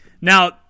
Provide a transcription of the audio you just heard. now